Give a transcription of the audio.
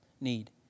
need